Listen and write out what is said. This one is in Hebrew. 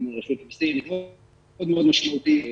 --- מאוד מאוד משמעותי.